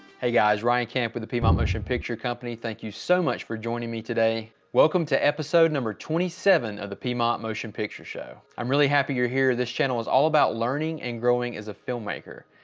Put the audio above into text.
hey guys ryan camp with the people motion picture company. thank you so much for joining me today welcome to episode number twenty seven of the piedmont motion picture show. i'm really happy you're here this channel is all about learning and growing as a filmmaker.